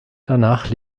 danach